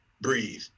breathe